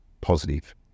positive